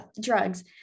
drugs